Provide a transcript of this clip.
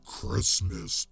Christmas